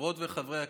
חברות וחברי הכנסת,